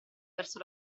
verso